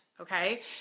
okay